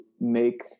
make